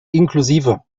inklusive